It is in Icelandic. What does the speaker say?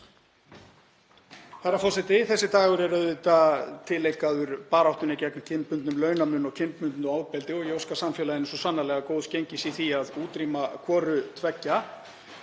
Herra forseti. Þessi dagur er auðvitað tileinkaður baráttunni gegn kynbundnum launamun og kynbundnu ofbeldi og ég óska samfélaginu svo sannarlega góðs gengis í því að útrýma hvoru tveggja.